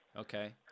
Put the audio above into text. Okay